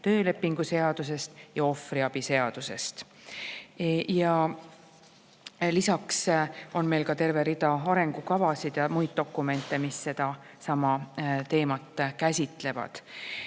töölepingu seadusest ja ohvriabi seadusest. Lisaks on meil terve rida arengukavasid ja muid dokumente, mis sedasama teemat käsitlevad.Et